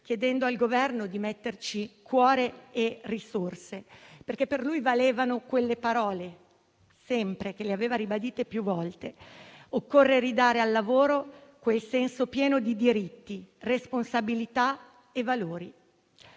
chiedendo al Governo di metterci cuore e risorse. Per lui infatti valevano sempre le parole che aveva ribadito più volte: occorre ridare al lavoro quel senso pieno di diritti, responsabilità e valori.